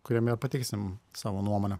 kuriame pateiksim savo nuomonę